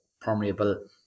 permeable